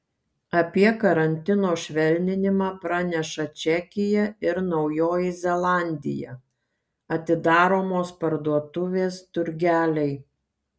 apie karantino švelninimą praneša čekija ir naujoji zelandija atidaromos parduotuvės turgeliai